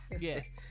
Yes